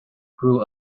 grew